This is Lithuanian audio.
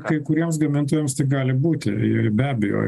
kai kuriems gamintojams tai gali būti ir be abejo